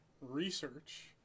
research